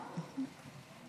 שלום לך,